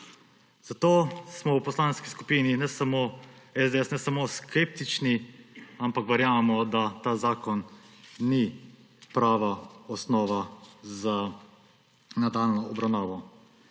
Zato smo v Poslanski skupini SDS ne samo skeptični, ampak tudi verjamemo, da ta zakon ni prava osnova za nadaljnjo obravnavo.